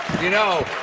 you know,